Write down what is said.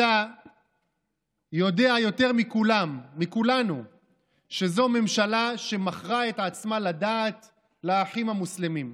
אתה יודע יותר מכולנו שזאת ממשלה שמכרה את עצמה לדעת לאחים המוסלמים,